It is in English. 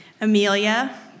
Amelia